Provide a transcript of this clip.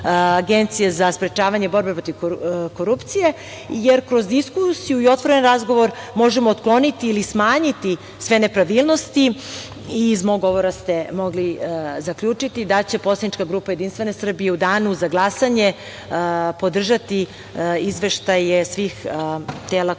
Agencije za sprečavanje borbe protiv korupcije, jer kroz diskusiju i otvoren razgovor možemo otkloniti ili smanjiti sve nepravilnosti. Iz mog govora ste mogli zaključiti da će poslanička grupa JS, u danu za glasanje, podržati izveštaje svih tela koja